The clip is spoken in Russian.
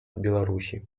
беларуси